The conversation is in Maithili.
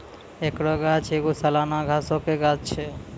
एकरो गाछ एगो सलाना घासो के गाछ छै